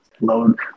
load